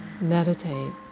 Meditate